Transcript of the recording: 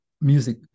music